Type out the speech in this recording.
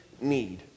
need